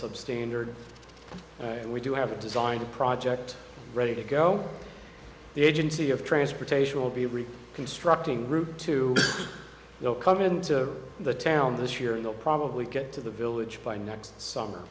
substandard and we do have to design a project ready to go the agency of transportation will be reaped constructing ruutu will come into the town this year and they'll probably get to the village by next summer